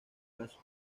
casos